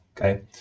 Okay